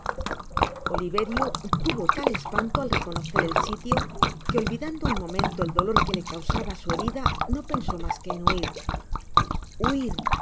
oliverio tuvo tal espanto al reconocer el sitio que olvidando un momento el dolor que le causaba su herida no pensó mas que en huir